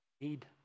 need